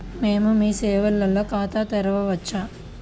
మేము మీ సేవలో ఖాతా తెరవవచ్చా?